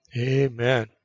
Amen